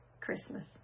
Christmas